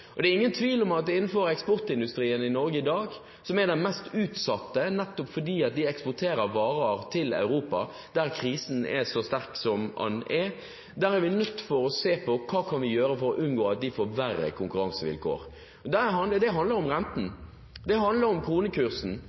overfor. Det er ingen tvil om at innenfor eksportindustrien i Norge i dag, som er en av de mest utsatte nettopp fordi den eksporterer varer til Europa, der krisen er så sterk som den er, er vi nødt til å se på hva vi kan gjøre for å unngå at man får verre konkurransevilkår. Det handler om renten, det handler om kronekursen,